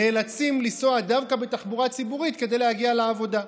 נאלצים לנסוע דווקא בתחבורה הציבורית כדי להגיע לעבודה.